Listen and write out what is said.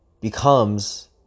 becomes